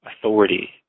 authority